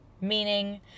meaning